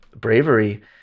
bravery